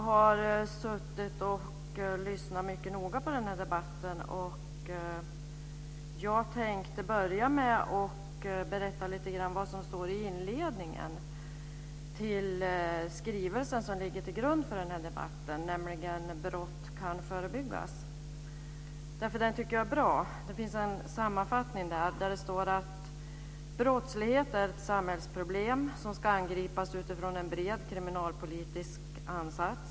Herr talman! Jag har lyssnat mycket noga på den här debatten. Jag ska börja med att berätta lite grann om vad som står i inledningen till den skrivelse som ligger till grund för den här debatten, Brott kan förebyggas. Jag tycker att den är bra. I en sammanfattning framhålls att brottslighet är ett samhällsproblem som ska angripas utifrån en bred kriminalpolitisk ansats.